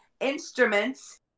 instruments